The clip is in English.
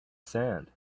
sand